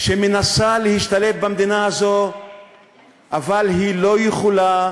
שמנסה להשתלב במדינה הזאת אבל היא לא יכולה